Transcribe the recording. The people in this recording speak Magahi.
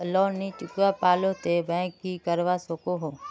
लोन नी चुकवा पालो ते बैंक की करवा सकोहो?